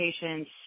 patients